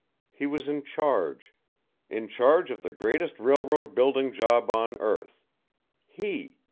he was in charge in charge of the greatest railroad building job on earth he,